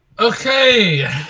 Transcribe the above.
Okay